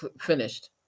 finished